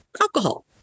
alcohol